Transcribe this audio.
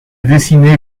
dessiné